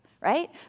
right